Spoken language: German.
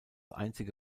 einzige